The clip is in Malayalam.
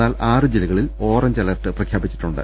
എന്നാൽ ആറു ജില്ലകളിൽ ഓറഞ്ച് അലർട്ട് പ്രഖ്യാപിച്ചിട്ടു ണ്ട്